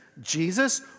Jesus